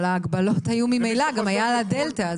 ההגבלות היו ממילא, גם היו על הדלתא.